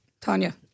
Tanya